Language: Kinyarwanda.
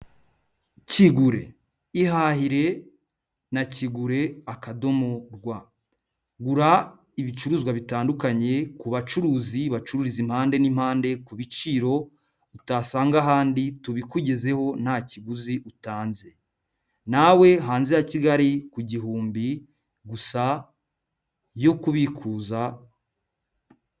Kigure, ihahiriye na Kigure. rw. Gura ibicuruzwa bitandukanye ku bacuruzi bacururiza impande n'impande, ku biciro utasanga ahandi tubikugezeho nta kiguzi utanze. Nawe hanze ya Kigali ku gihumbi gusa yo kubikuza...